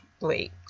wait